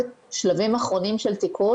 בשלבים אחרונים של תיקון.